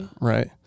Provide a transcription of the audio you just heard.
Right